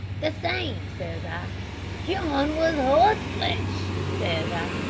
the same says i yon was horseflesh says i,